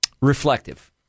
reflective